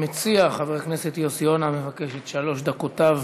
המציע, חבר הכנסת יוסי יונה, מבקש את שלוש דקותיו